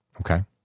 Okay